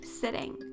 sitting